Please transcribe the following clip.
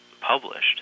published